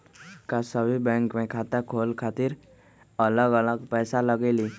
का सभी बैंक में खाता खोले खातीर अलग अलग पैसा लगेलि?